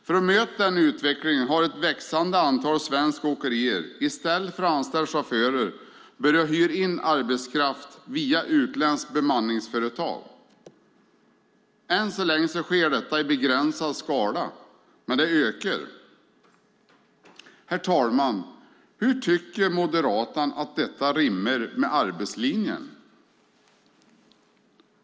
För att möta den utvecklingen har ett växande antal svenska åkerier i stället för att anställa chaufförer börjat hyra in arbetskraft via utländska bemanningsföretag. Än så länge sker detta i begränsad skala, men det ökar. Hur tycker Moderaterna att detta rimmar med arbetslinjen?